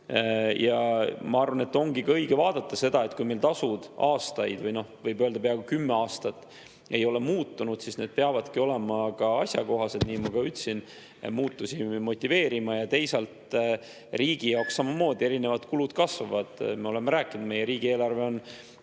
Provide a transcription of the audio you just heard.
Ja ma arvan, et ongi õige vaadata seda, et kui meil tasud aastaid või, no võib öelda, peaaegu kümme aastat ei ole muutunud, siis need peavadki olema asjakohased, nagu ma ka ütlesin, ja muutusi motiveerima. Ja teisalt, riigi jaoks samamoodi erinevad kulud kasvavad. Me oleme rääkinud, et meie riigieelarve on